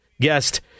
guest